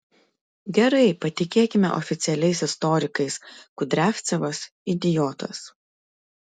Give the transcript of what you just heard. gerai patikėkime oficialiais istorikais kudriavcevas idiotas